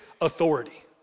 authority